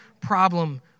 problem